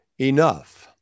enough